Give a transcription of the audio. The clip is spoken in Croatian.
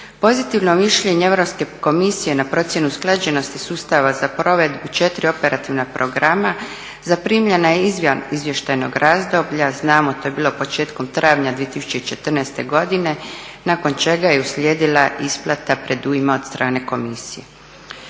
Pozitivno mišljenje Europske komisije na procjenu usklađenosti sustava za provedbu 4 operativna programa, zaprimljena je izvan izvještajnog razdoblja, znamo to je bilo početkom travnja 2014.godine nakon čega je uslijedila isplata predujma od strane komisije.